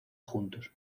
juntos